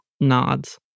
nods